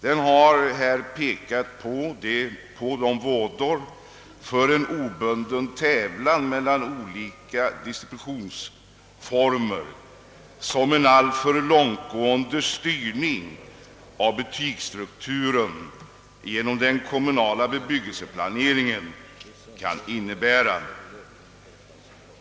Den har pekat på de vådor för en obunden tävling mellan olika distributionsformer, som en alltför långtgående styrning av butiksstrukturen genom den kommunala bebyggelseplaneringen kan innebära.